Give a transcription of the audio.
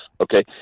okay